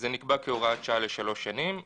זה נקבע כהוראת שעה לשלוש שנים,